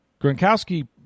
Gronkowski